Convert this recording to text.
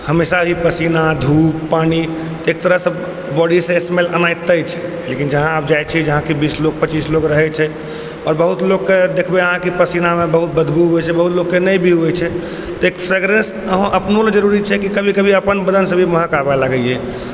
हमेशा पसीना धुप पानी एकतरह सँ बॉडी सँ स्मेल आनाइ तय छै लेकिन जहाँ आब जाइ छी जहाँकि बीस लोग पचीस लोग रहै छै आओर बहुत लोकके देखबै अहाँ की पसीना मे बहुत बदबू अबै छै बहुत के नहि भी होइ छै एक सगरे अहाँ अपनो लए जरुरी छै कभी कभी अपन बदन सँ भी महक आबए लागै छै